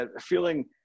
feeling